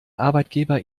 arbeitgeber